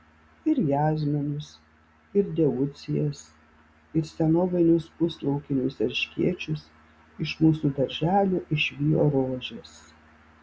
ir jazminus ir deucijas ir senovinius puslaukinius erškėčius iš mūsų darželių išvijo rožės